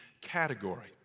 category